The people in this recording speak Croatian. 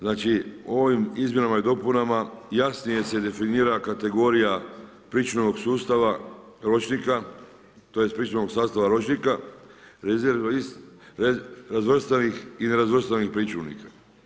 Znači ovim izmjenama i dopunama jasnije se definira kategorija pričuvnog sustava ročnika, tj. pričuvnog sastava ročnika razvrstanih i nerazvrstanih pričuvnika.